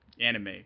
anime